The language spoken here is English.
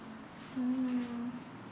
mm